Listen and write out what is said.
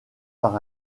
par